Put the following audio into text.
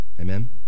Amen